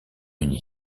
uni